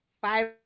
five